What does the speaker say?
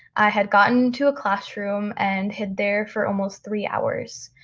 i had gotten to a classroom and hid there for almost three hours.